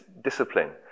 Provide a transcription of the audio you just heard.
discipline